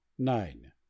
nine